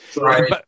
right